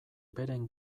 beren